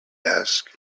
asked